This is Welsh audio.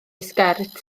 sgert